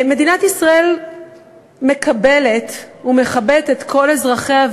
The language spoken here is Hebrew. מדינת ישראל מקבלת ומכבדת את כל אזרחיה,